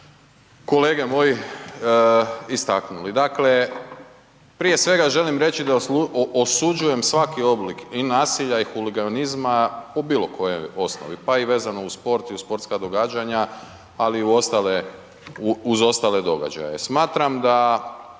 kolege moji, istaknuli. Dakle, prije svega želim reći da osuđujem svaki oblik i nasilja i huliganizma u bilo kojoj osnovi, pa i vezano uz sport i sportska događanja, ali i u ostale, uz ostale događaje, smatram da